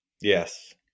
Yes